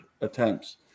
attempts